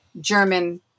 German